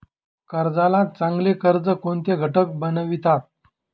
कर्जाला चांगले कर्ज कोणते घटक बनवितात?